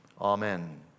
Amen